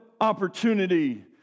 opportunity